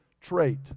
trait